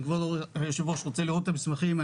אם כבוד היושב-ראש רוצה לראות את המסמכים,